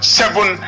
seven